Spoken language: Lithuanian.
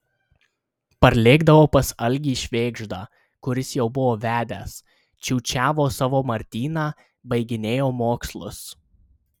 parlėkdavau pas algį švėgždą kuris jau buvo vedęs čiūčiavo savo martyną baiginėjo mokslus